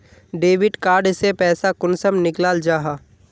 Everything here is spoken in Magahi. डेबिट कार्ड से पैसा कुंसम निकलाल जाहा?